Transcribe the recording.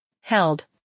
held